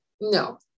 No